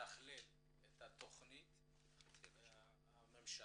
שמתכלל את התכנית הממשלתית,